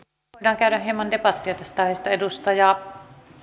voidaan käydä hieman debattia tästä aiheesta